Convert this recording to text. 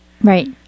Right